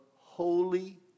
holy